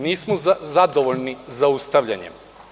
Nismo zadovoljni zaustavljanjem.